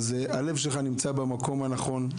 אדוני, הלב שלך נמצא במקום הנכון.